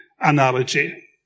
analogy